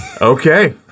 Okay